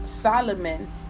Solomon